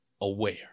aware